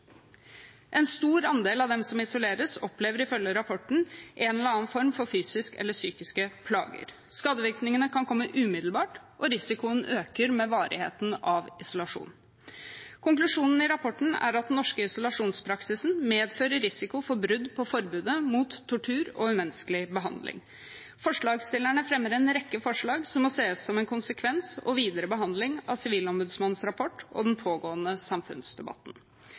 En stor andel av dem som isoleres, opplever ifølge rapporten en eller annen form for fysiske eller psykiske plager. Skadevirkningene kan komme umiddelbart, og risikoen øker med varigheten av isolasjon. Konklusjonen i rapporten er at den norske isolasjonspraksisen medfører risiko for brudd på forbudet mot tortur og umenneskelig behandling. Forslagsstillerne fremmer en rekke forslag som må ses som en konsekvens og videre behandling av Sivilombudsmannens rapport og den pågående samfunnsdebatten.